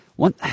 One